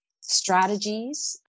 strategies